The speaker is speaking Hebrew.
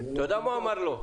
אתה יודע מה הוא אמר לו?